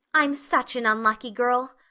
i'm such an unlucky girl,